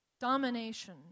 Domination